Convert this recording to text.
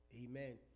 Amen